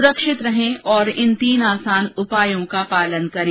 सुरक्षित रहें और इन तीन आसान उपायों का पालन करें